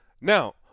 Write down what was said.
Now